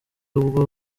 ubwo